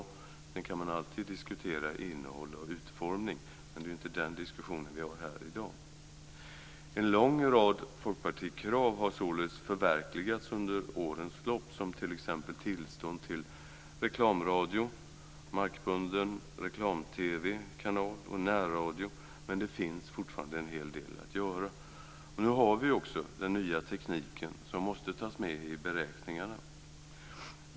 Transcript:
Sedan kan man alltid diskutera innehåll och utformning. Men det är ju inte den diskussionen som vi för här i dag. En lång rad Folkpartikrav har således förverkligats under årens lopp, t.ex. tillstånd till reklamradio, markbunden reklam-TV-kanal och närradio. Men det finns fortfarande en hel del att göra. Och nu har vi också den nya tekniken som man måste ta med i beräkningarna.